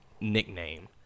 nickname